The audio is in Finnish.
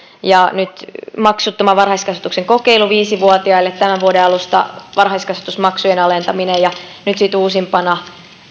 ja nyt maksuttoman varhaiskasvatuksen kokeilu viisi vuotiaille tämän vuoden alusta varhaiskasvatusmaksujen alentaminen ja nyt sitten uusimpana